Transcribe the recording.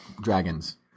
dragons